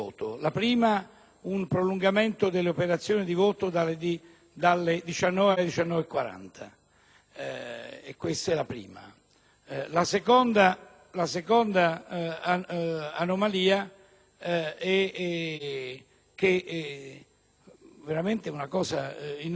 inusitata, è che un senatore del mio Gruppo è stato allontanato dal seggio elettorale ad operazioni